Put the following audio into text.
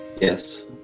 Yes